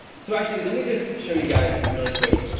so actually let me just show you guys really quick.